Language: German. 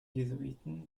jesuiten